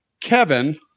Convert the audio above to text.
Kevin